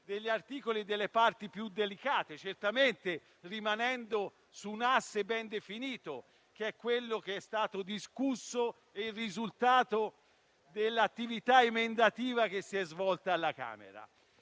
degli articoli e delle parti più delicate, certamente rimanendo su un asse ben definito, quello che è stato discusso e che è il risultato dell'attività emendativa che si è svolta alla Camera.